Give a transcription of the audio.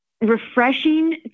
refreshing